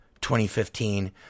2015